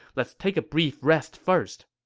let's take a brief rest first.